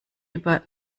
über